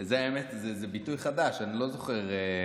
זה ביטוי חדש, אני לא זוכר.